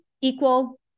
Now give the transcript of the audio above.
equal